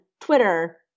Twitter